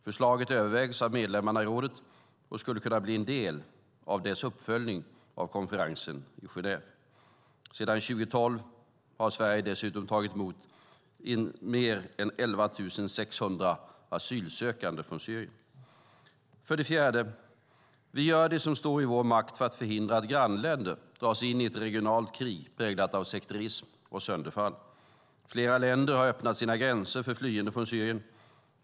Förslaget övervägs av medlemmarna i rådet och skulle kunna bli en del av dess uppföljning av konferensen i Genève. Sedan 2012 har Sverige dessutom tagit emot mer än 11 600 asylsökande från Syrien. För det fjärde gör vi det som står i vår makt för att förhindra att grannländerna dras in i ett regionalt krig präglat av sekterism och sönderfall. Flera länder har öppnat sina gränser för flyende från Syrien.